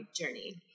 journey